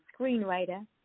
screenwriter